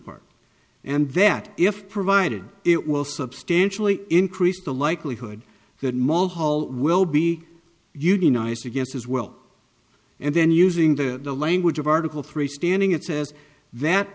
part and that if provided it will substantially increase the likelihood that more hall will be unionized against as well and then using the language of article three standing it says that